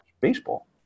baseball